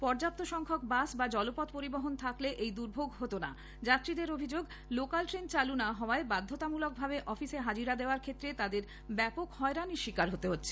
পর্যাপ্ত সংখ্যক বাস বা জলপথ পরিবহণ থাকলে এই দুর্ভোগ হত না যাত্রীদের অভিযোগ লোকাল ট্রেন চালু না হওয়ায় বাধ্যতামূলকভাবে অফিসে হাজিরা দেওয়ার ক্ষেত্রে তাদের ব্যাপক হয়রানির শিকার হতে হচ্ছে